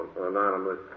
Anonymous